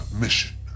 mission